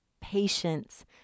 patience